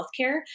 healthcare